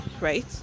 right